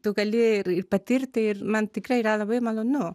tu gali ir ir patirti ir man tikrai yra labai malonu